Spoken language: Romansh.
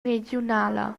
regiunala